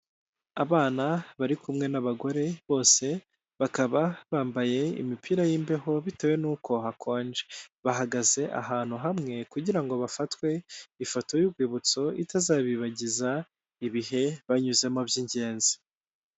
Abana bari kumwe n'abagore bose bakaba bambaye imipira y'imbeho bitewe n'uko hakonje, bahagaze ahantu hamwe kugira ngo bafatwe ifoto y'urwibutso itazabibagiza ibihe banyuzemo by'ingenzi.